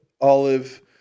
Olive